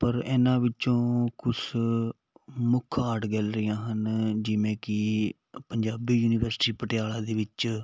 ਪਰ ਇਹਨਾਂ ਵਿੱਚੋਂ ਕੁਛ ਮੁੱਖ ਆਰਟ ਗੈਲਰੀਆਂ ਹਨ ਜਿਵੇਂ ਕਿ ਪੰਜਾਬੀ ਯੂਨੀਵਰਸਿਟੀ ਪਟਿਆਲਾ ਦੇ ਵਿੱਚ